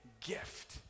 gift